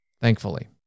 Thankfully